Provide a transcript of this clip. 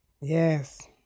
Yes